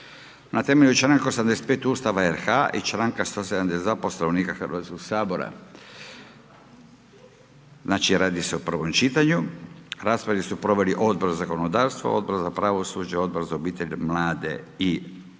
na temelju članka 85. Ustava RH i članka 172. Poslovnika Hrvatskog sabora. Znači radi se o prvom čitanju, raspravu su proveli Odbor za zakonodavstvo, Odbor za pravosuđe, odbor za obitelj, mlade i sport.